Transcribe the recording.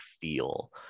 feel